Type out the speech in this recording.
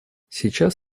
сейчас